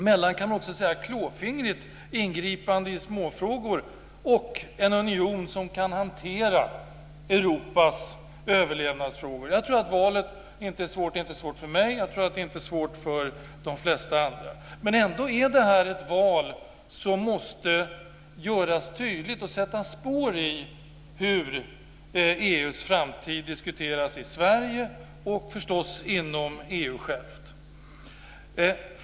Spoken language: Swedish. Man kan också säga att det gäller skillnaden mellan klåfingrigt ingripande i småfrågor och en union som kan hantera Europas överlevnadsfrågor. Jag tror inte att valet är svårt. Det är inte svårt för mig, och det är inte svårt för de flesta andra. Men ändå är det ett val som måste göras tydligt, och sätta spår i hur EU:s framtid diskuteras i Sverige och, förstås, inom EU självt.